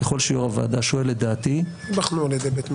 ככל שיושב-ראש הוועדה שואל את דעתי --- ייבחנו על ידי בית משפט.